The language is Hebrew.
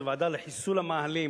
זו ועדה לחיסול המאהלים,